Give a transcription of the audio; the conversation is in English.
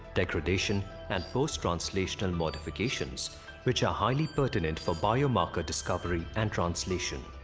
degradation and post translational modifications which are highly pertinent for biomarker discovery and translation.